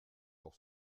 pour